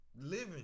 Living